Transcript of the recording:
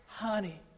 Honey